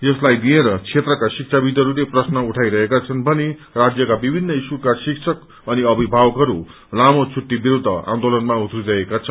यसलाई लिएर क्षेत्रका शिक्षाविदुहरूले प्रश्न उठाइरहेका छन् भने राज्यका विभिन्न स्कूलका शिक्षक अनि अभिभावकहरू लामो घुट्टी विरूद्ध आन्दोलनमा उत्रिरहेका छन्